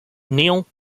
neill